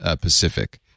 Pacific